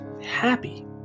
happy